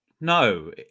No